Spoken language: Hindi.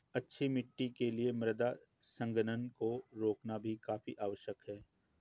अच्छी मिट्टी के लिए मृदा संघनन को रोकना भी काफी आवश्यक है